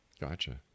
Gotcha